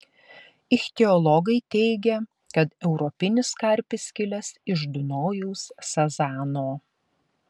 ichtiologai teigia kad europinis karpis kilęs iš dunojaus sazano